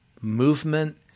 movement